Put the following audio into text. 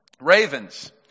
ravens